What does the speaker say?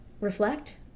reflect